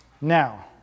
Now